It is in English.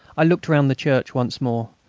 i looked round the church once more,